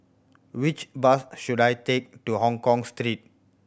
which bus should I take to Hongkong Street